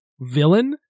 villain